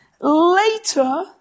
Later